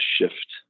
shift